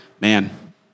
man